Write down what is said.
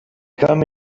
coming